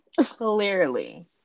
clearly